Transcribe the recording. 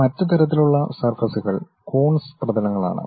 മറ്റ് തരത്തിലുള്ള സർഫസ്കൾ കൂൺസ് പ്രതലങ്ങളാണ്